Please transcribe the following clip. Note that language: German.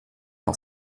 auf